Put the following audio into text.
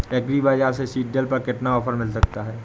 Agree बाजार से seed drill पर कितना ऑफर मिल सकता है?